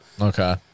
Okay